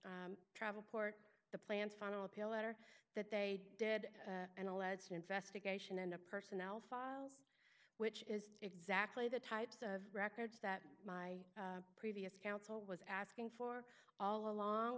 the travel port the plans final appeal letter that they did an alleged investigation in a personnel files which is exactly the types of records that my previous counsel was asking for all along